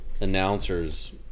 announcers